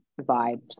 vibes